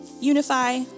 Unify